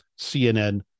CNN